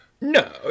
no